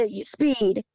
speed